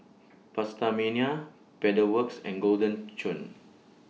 PastaMania Pedal Works and Golden Churn